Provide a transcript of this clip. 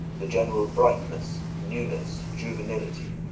the general brightness, newness, juvenility,